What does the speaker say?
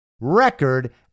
record